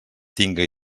tinga